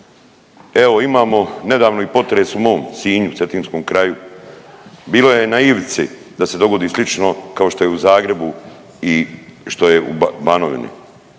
Evo imamo nedavno i potres u mom Sinju, Cetinskom kraju bilo je na ivici da se dogodi slično kao što je u Zagrebu i što je u Banovini.